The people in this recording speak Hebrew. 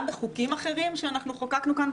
גם בחוקים אחרים שחוקקנו כאן,